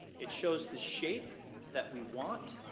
it shows the shape that we want.